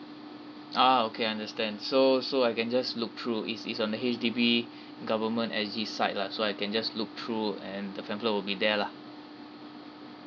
ah okay understand so so I can just look through is is on the H_D_B government at it's site lah so I can just look through and the pamphlet will be there lah